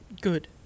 Good